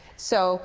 so